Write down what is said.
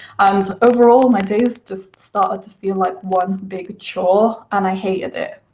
and overall, my days just started to feel like one big chore, and i hated it.